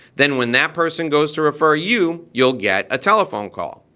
then when that person goes to refer you you'll get a telephone call.